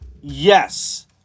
yes